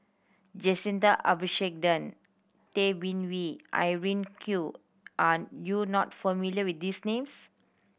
Jacintha Abisheganaden Tay Bin Wee Irene Khong are you not familiar with these names